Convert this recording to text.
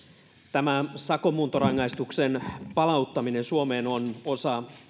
tämä sakon muuntorangaistuksen palauttaminen suomeen on osa